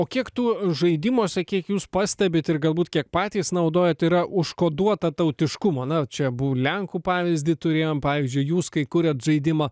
o kiek tų žaidimuose kiek jūs pastebit ir galbūt kiek patys naudojat yra užkoduota tautiškumo na čia bu lenkų pavyzdį turėjom pavyzdžiui jūs kai kuriant žaidimą